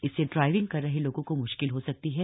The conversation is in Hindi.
इससे ड्राइविंग कर रहे लोगों को म्श्किल हो सकती है